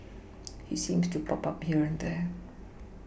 he seems to pop up here and there